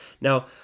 Now